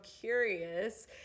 curious